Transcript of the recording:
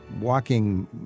walking